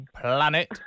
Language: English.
planet